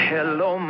Hello